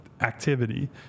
activity